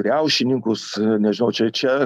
riaušininkus nežinau čia čia